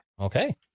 Okay